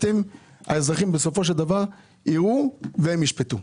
האזרחים יראו והם ישפטו.